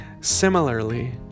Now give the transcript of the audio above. Similarly